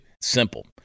Simple